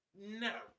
No